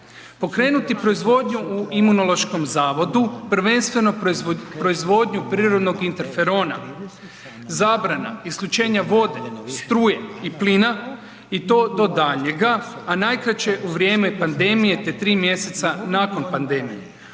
pokrenuti proizvodnju u Imunološkom zavodu prvenstveno proizvodnju prirodnog interferona, zabrana isključenja vode, struje i plina i to do daljnjega, a najkraće u vrijeme pandemije te tri mjeseca nakon pandemije.